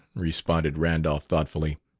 responded randolph thoughtfully.